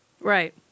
Right